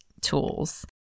tools